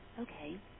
Okay